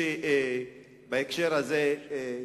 חושב, בהקשר זה,